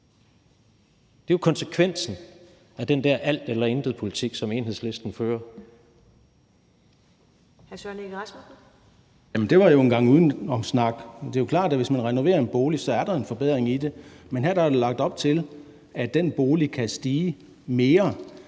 Egge Rasmussen. Kl. 13:24 Søren Egge Rasmussen (EL): Jamen det var jo en gang udenomssnak. Det er jo klart, at hvis man renoverer sin bolig, så er der en forbedring i det. Men her er der lagt op til, at den bolig kan stige mere